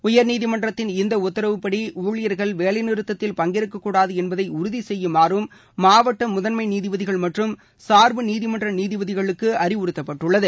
உயர்நீதிமன்றத்தின் இந்த உத்தரவுப்படி ஊழியர்கள் வேலை நிறுத்தத்தில் பங்கேற்கக்கூடாது என்பதை உறுதி செய்யுமாறும் மாவட்ட முதன்மை நீதிபதிகள் மற்றும் சார்பு நீதிமன்ற நீதிபதிகளுக்கு அறிவுறுத்தப்பட்டுள்ளது